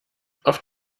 auf